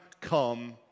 come